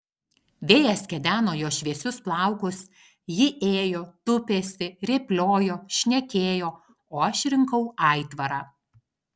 vėjas kedeno jos šviesius plaukus ji ėjo tupėsi rėpliojo šnekėjo o aš rinkau aitvarą